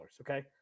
okay